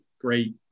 great